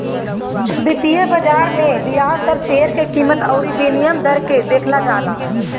वित्तीय बाजार में बियाज दर, शेयर के कीमत अउरी विनिमय दर के देखल जाला